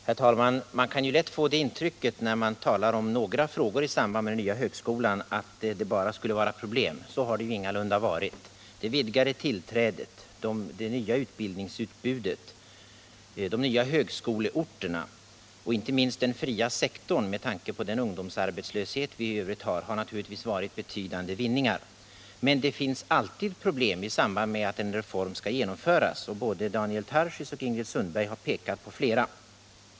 Herr talman! Man kan lätt få intrycket när man talar om några frågor i samband med den nya högskolan att det bara skulle vara problem, men så har det ingalunda varit. Det vidgade tillträdet, det nya utbildningsutbudet, de nya högskoleorterna och inte minst den fria sektorn — med tanke på den ungdomsarbetslöshet vi har — har naturligtvis varit betydande vinningar. Men det finns alltid problem i samband med att en reform skall genomföras, och både Daniel Tarschys och Ingrid Sundberg har pekat på flera.